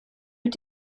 mit